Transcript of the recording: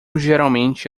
geralmente